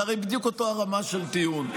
זו הרי בדיוק אותה רמה של טיעון.